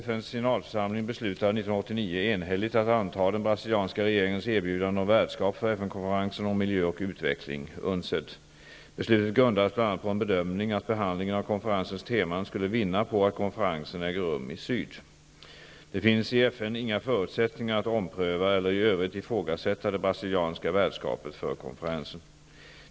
FN:s generalförsamling beslutade 1989 enhälligt att anta den brasilianska regeringens erbjudande om värdskap för FN-konferensen om mijö och utveckling, UNCED. Beslutet grundades bl.a. på en bedömning att behandlingen av konferensens teman skulle vinna på att konferensen äger rum i syd. Det finns i FN inga förutsättningar att ompröva eller i övrigt ifrågasätta det brasilianska värdskapet för konferensen.